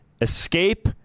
Escape